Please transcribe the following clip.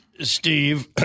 Steve